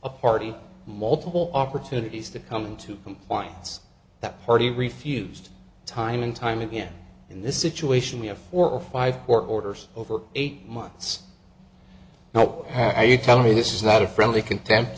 a party multiple opportunities to come into compliance that party refused time and time again in this situation we have four or five court orders over eight months you know how you tell me this is not a friendly contempt